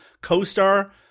co-star